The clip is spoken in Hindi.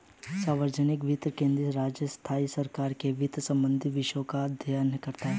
सार्वजनिक वित्त केंद्रीय, राज्य, स्थाई सरकारों के वित्त संबंधी विषयों का अध्ययन करता हैं